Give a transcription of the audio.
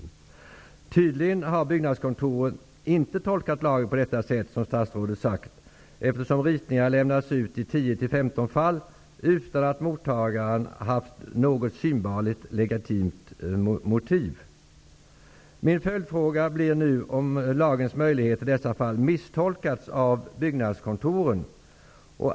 Byggnadskontoren har tydligen inte tolkat lagen på samma sätt som statsrådet, eftersom ritningar lämnats ut i 10--15 fall utan att mottagaren har haft något synbarligt legitimt motiv. Mina följdfrågor blir därför: Har lagens möjligheter i dessa fall misstolkats av byggnadskontoren?